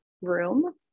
room